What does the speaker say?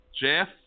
Jeff